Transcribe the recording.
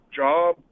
job